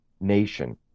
nation